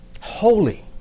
holy